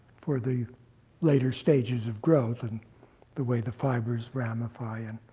for the later stages of growth, and the way the fibers ramify, and